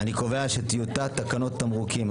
אני קובע שטיוטת תקנות תמרוקים,